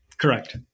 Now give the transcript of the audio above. Correct